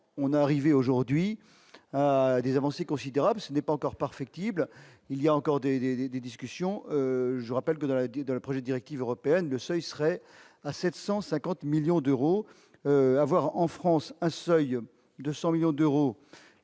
on arriver aujourd'hui à des avancées considérables, ce n'est pas encore parfaite type il y a encore des, des, des discussions, je rappelle que la dans le projet, directive européenne de seuil serait à 750 millions d'euros, avoir en France un seuil de 100 millions d'euros